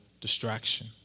distraction